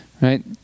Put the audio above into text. right